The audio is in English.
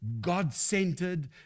God-centered